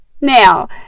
Now